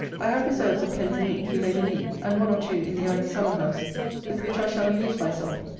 i have reserves of pens and ink, you may believe and one or two in the ivy summer-house with which i shall amuse myself,